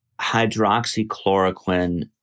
hydroxychloroquine